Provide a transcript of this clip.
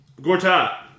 Gortat